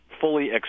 fully